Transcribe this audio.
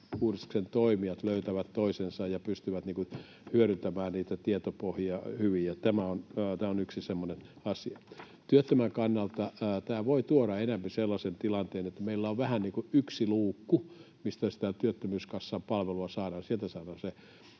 TE-uudistuksen toimijat löytävät toisensa ja pystyvät hyödyntämään niitä tietopohjia hyvin. Tämä on yksi semmoinen asia. Työttömän kannalta tämä voi tuoda enempi sellaisen tilanteen, että meillä on vähän niin kuin yksi luukku, mistä sitä työttömyyskassapalvelua saadaan. Sieltä saadaan se